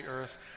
earth